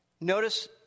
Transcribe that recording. Notice